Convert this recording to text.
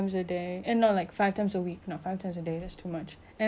like in a day I have to exercise three hours more than three hours